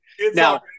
Now